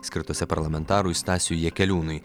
skirtose parlamentarui stasiui jakeliūnui